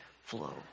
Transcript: flow